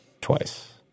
Twice